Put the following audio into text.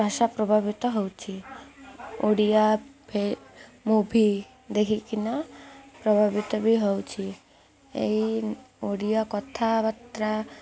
ଭାଷା ପ୍ରଭାବିତ ହେଉଛି ଓଡ଼ିଆ ମୁଭି ଦେଖିକିନା ପ୍ରଭାବିତ ବି ହେଉଛି ଏଇ ଓଡ଼ିଆ କଥାବାର୍ତ୍ତା